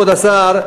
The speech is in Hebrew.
כבוד השר,